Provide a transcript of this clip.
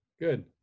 Good